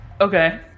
okay